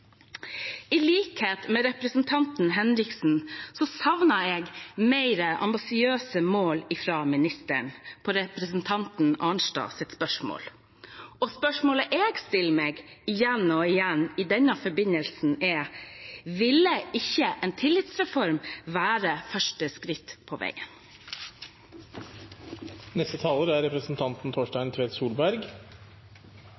I likhet med representanten Martin Henriksen savner jeg mer ambisiøse mål fra ministeren på representanten Marit Arnstads spørsmål. Spørsmålet jeg stiller meg, igjen og igjen, i denne forbindelsen, er: Ville ikke en tillitsreform være første skritt på veien? Jeg vil også takke representanten